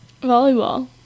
volleyball